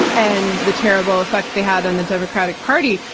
and the terrible effect they had on the democratic party.